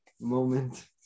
moment